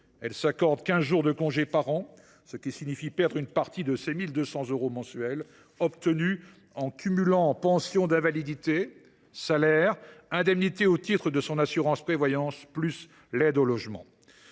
Elle s’accorde quinze jours de congé par an, car cela signifie perdre une partie de ses 1 200 euros mensuels obtenus en cumulant pension d’invalidité, salaire, indemnité au titre de son assurance prévoyance et aide personnalisée au logement.